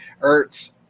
Ertz